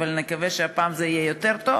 אבל נקווה שהפעם זה יהיה יותר טוב.